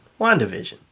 WandaVision